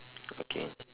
okay